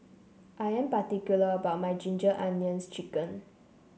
I am particular about my Ginger Onions chicken